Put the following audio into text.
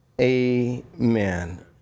Amen